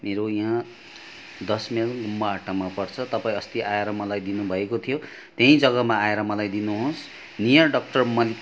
मेरो यहाँ दस माइल गुम्बा हट्टामा पर्छ तपाईँ अस्ति आएर मलाई दिनुभएको थियो त्यहीँ जग्गामा आएर मलाई दिनुहोस् नियर डक्टर मलिक